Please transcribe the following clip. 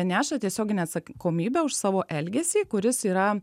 neša tiesioginę atsakomybę už savo elgesį kuris yra